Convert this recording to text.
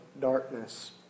darkness